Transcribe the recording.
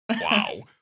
Wow